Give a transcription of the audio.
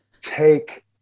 Take